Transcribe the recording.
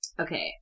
Okay